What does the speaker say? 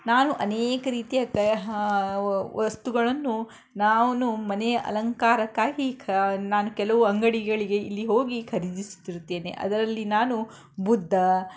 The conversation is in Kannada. ನಾನು ಅನೇಕ ರೀತಿಯ ತ ವಸ್ತುಗಳನ್ನು ನಾನು ಮನೆಯ ಅಲಂಕಾರಕ್ಕಾಗಿ ಕ ನಾನು ಕೆಲವು ಅಂಗಡಿಗಳಿಗೆ ಇಲ್ಲಿ ಹೋಗಿ ಖರೀದಿಸುತ್ತಿರುತ್ತೇನೆ ಅದರಲ್ಲಿ ನಾನು ಬುದ್ಧ